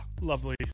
lovely